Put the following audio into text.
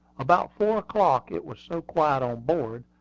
about four o'clock, it was so quiet on board,